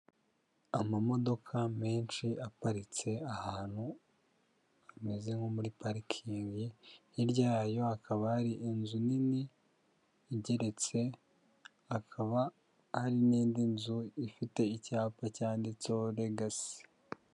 Amamodoka menshi aparitse ahantu hameze nko muri parikingi, hirya yayo hakaba hari inzu nini igeretse, hakaba hari n'indi nzu ifite icyapa cyanditseho legasi.